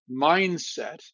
mindset